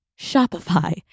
Shopify